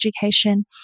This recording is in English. education